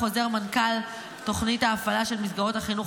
חוזר מנכ"ל תוכנית ההפעלה של מסגרות החינוך